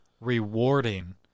rewarding